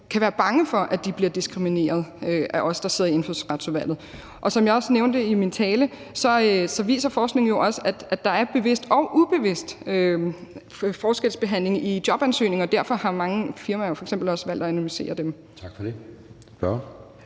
kan være bange for, at de bliver diskrimineret af os, der sidder i Indfødsretsudvalget. Og som jeg nævnte i min tale, viser forskningen også, at der er bevidst og ubevidst forskelsbehandling i jobansøgninger. Derfor har mange firmaer jo også valgt f.eks. at anonymisere dem. Kl.